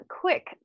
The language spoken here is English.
quick